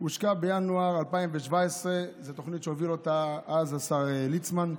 הושקה בינואר 2017. זו תוכנית שהוביל אותה אז השר ליצמן.